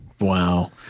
Wow